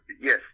yes